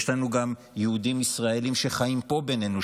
יש לנו גם יהודים ישראלים שחיים פה בינינו,